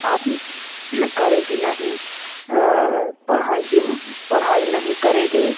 आप करेगी नहीं पढ़ाई जिन पढ़ाई नहीं करेगी